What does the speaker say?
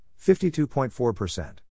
52.4%